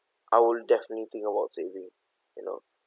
I will definitely think about saving you know